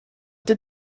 did